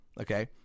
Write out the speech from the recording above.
okay